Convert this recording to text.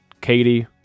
Katie